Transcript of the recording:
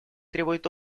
требует